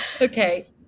Okay